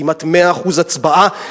כמעט 100% הצבעה,